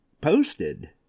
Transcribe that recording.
posted